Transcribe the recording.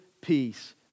peace